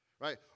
right